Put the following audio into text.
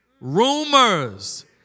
rumors